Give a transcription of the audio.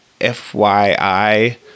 fyi